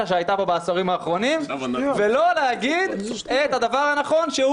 שהייתה פה בעשורים האחרונים ולא להגיד את הדבר הנכון,